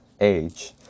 age